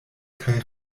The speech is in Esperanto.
kaj